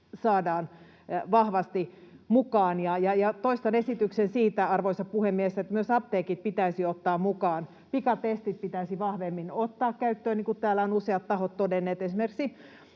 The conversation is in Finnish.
saadaan vahvasti mukaan. Toistan esityksen siitä, arvoisa puhemies, että myös apteekit pitäisi ottaa mukaan. Pikatestit pitäisi vahvemmin ottaa käyttöön, niin kuin täällä ovat useat tahot todenneet.